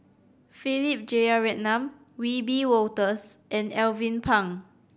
Philip Jeyaretnam Wiebe Wolters and Alvin Pang